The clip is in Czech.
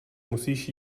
musíš